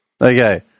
Okay